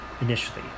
initially